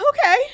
Okay